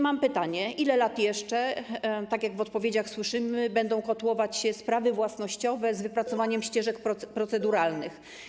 Mam pytanie: Ile jeszcze lat, tak jak w odpowiedziach słyszymy, będą kotłować się sprawy własnościowe z wypracowaniem ścieżek proceduralnych?